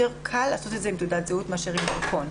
קל לעשות את זה עם תעודת זהות מאשר עם דרכון.